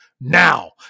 now